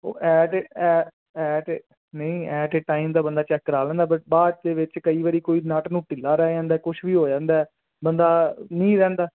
ਉਹ ਐ ਤੇ ਐ ਤੇ ਨਹੀਂ ਐ ਤੇ ਟਾਈਮ ਦਾ ਬੰਦਾ ਚੈੱਕ ਕਰਾ ਲੈਦਾ ਬਾਅਦ ਦੇ ਵਿੱਚ ਕਈ ਵਾਰੀ ਕੋਈ ਨੱਟ ਨੂੰ ਢਿਲਾ ਰਹਿ ਜਾਂਦਾ ਕੁਛ ਵੀ ਹੋ ਜਾਂਦਾ ਬੰਦਾ ਨਹੀਂ ਰਹਿੰਦਾ